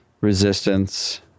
resistance